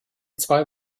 zwei